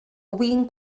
win